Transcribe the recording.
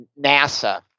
NASA